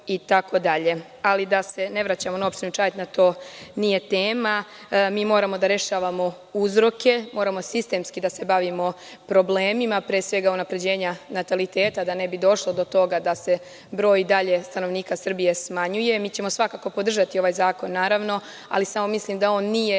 itd. Da se ne vraćamo na opštinu Čajetina, to nije tema. Mi moramo da rešavamo uzroke. Moramo sistemski da se bavimo problemima, pre svega unapređenja nataliteta, da ne bi došlo do toga da se broj i dalje stanovnika Srbije smanjuje. Mi ćemo svakako podržati ovaj zakon. Mislim da on nije